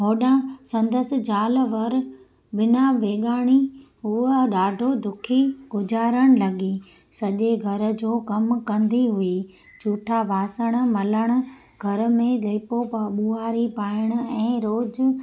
होॾां संदसि ज़ाल वर बिना वेॻाणी उहा ॾाढो दुखी गुज़ारणु लॻी सॼे घर जो कमु कंदी हुई झूठा बासण मलणु घर में लेपो ॿ ॿुआरी पाइण ऐं रोज़